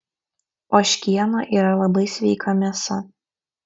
ožkiena yra labai sveika mėsa